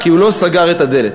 כי הוא לא סגר את הדלת.